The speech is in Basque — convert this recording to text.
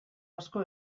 asko